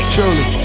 Truly